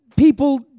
People